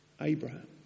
Abraham